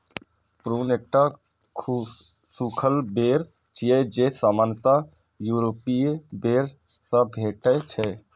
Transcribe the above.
prune एकटा सूखल बेर छियै, जे सामान्यतः यूरोपीय बेर सं भेटै छै